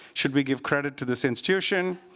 should we give credit to this institution?